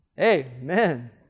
amen